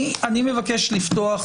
אני מבקש לפתוח